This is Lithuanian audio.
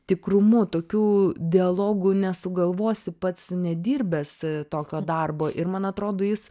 tikrumu tokių dialogų nesugalvosi pats nedirbęs tokio darbo ir man atrodo jis